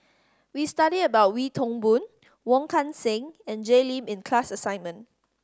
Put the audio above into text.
we studied about Wee Toon Boon Wong Kan Seng and Jay Lim in the class assignment